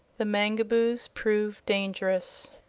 the mangaboos prove dangerous